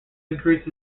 increases